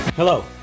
Hello